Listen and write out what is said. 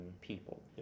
people